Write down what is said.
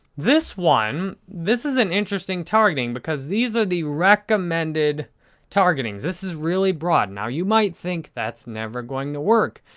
this one, this is an interesting targeting because these are the recommended targeting. this is really broad. now, you might think that's never going to work.